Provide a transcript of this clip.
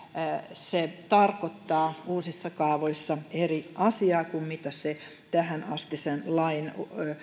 se tarkoittaa uusissa kaavoissa eri asiaa kuin mitä se tähänastisen lain